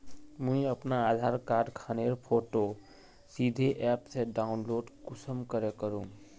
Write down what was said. मुई अपना आधार कार्ड खानेर फोटो सीधे ऐप से डाउनलोड कुंसम करे करूम?